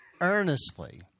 earnestly